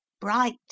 bright